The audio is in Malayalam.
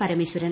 പരമേശ്വരൻ